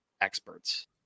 experts